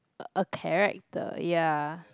a a character ya